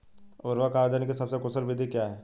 उर्वरक आवेदन की सबसे कुशल विधि क्या है?